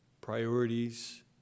priorities